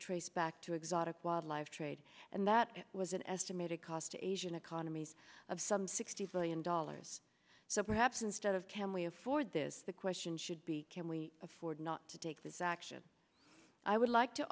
traced back to exotic wildlife trade and that was an estimated cost to asian economies of some sixty billion dollars so perhaps instead of can we afford this the question should be can we afford not to take this action i would like to